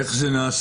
איך זה נעשה?